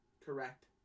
correct